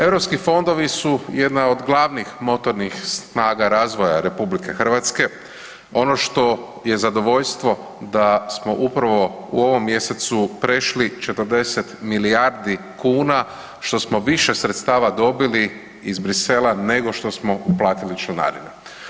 Europski fondovi su jedna od glavnih motornih snaga razvoja RH, ono što je zadovoljstvo da smo upravu u ovom mjesecu prešli 40 milijardi kuna što smo više sredstava dobili iz Bruxellesa nego što smo uplatili članarine.